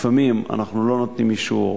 לפעמים אנחנו לא נותנים אישור,